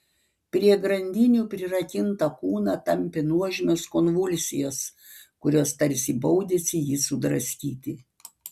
prie grandinių prirakintą kūną tampė nuožmios konvulsijos kurios tarsi baudėsi jį sudraskyti